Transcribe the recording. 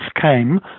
came